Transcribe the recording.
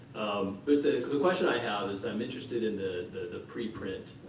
but the question i have, is i'm interested in the pre-print